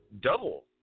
Double